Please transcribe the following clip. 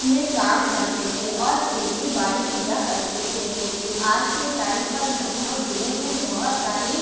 میں کام کرتے تھے اور کھیتی باڑی کیا کرتے تھے لیکن آج کے ٹائم پر لکھنؤ ضلع میں بہت ساری